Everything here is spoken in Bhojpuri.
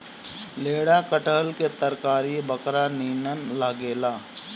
लेढ़ा कटहल के तरकारी बकरा नियन लागेला